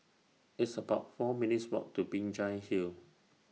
It's about four minutes' Walk to Binjai Hill